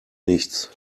nichts